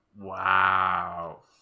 wow